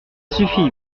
suffit